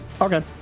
okay